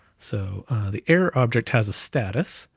so the error object has a status,